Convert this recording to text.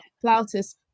Plautus